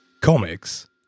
Comics